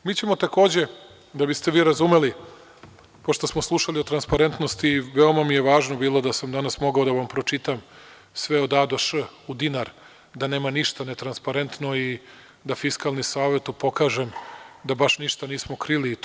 Takođe, mi ćemo, da biste vi razumeli, pošto smo slušali o transparentnosti i veoma mi je važno bilo da sam danas mogao da vam pročitam sve od A do Š u dinar, da nema ništa netransparentno i da Fiskalni savet tu pokaže da baš ništa nismo krili,